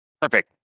Perfect